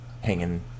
hanging